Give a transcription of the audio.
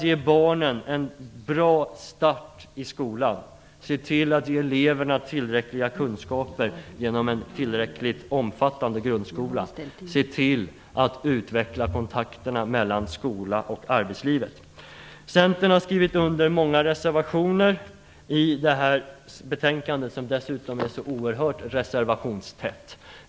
Ge barnen en bra start i skolan! Ge eleverna tillräckliga kunskaper genom en tillräckligt omfattande grundskola! Se till att utveckla kontakterna mellan skolan och arbetslivet! Centern har skrivit under många reservationer i det här betänkandet, som var oerhört reservationstätt.